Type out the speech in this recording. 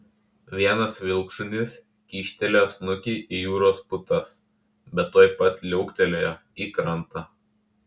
vienas vilkšunis kyštelėjo snukį į jūros putas bet tuoj pat liuoktelėjo į krantą